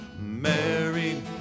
mary